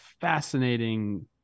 fascinating